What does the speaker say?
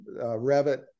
Revit